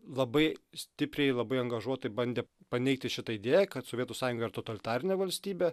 labai stipriai labai angažuotai bandė paneigti šitą idėją kad sovietų sąjunga yra totalitarinė valstybė